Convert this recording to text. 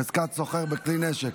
חזקת סוחר בכלי נשק),